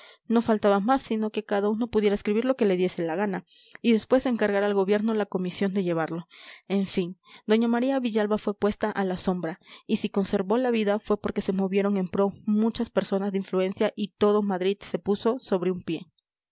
no faltaba más sino que cada uno pudiera escribir lo que le diese la gana y después encargar al gobierno la comisión de llevarlo en fin doña maría villalba fue puesta a la sombra y si conservó la vida fue porque se movieron en pro muchas personas de influencia y todo madrid se puso sobre un pie